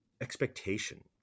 expectation